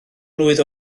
mlwydd